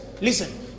Listen